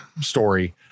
story